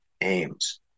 aims